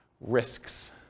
Risks